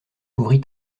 ouvrit